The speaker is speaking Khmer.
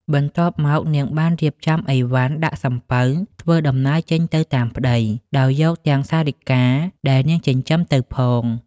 បន្ទាប់មកនាងបានរៀបចំអីវ៉ាន់ដាក់សំពៅ ធ្វើដំណើរចេញទៅតាមប្ដី ដោយយកទាំងសារិកាដែលនាងចិញ្ចឹម ទៅផង ។